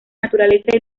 naturaleza